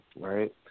right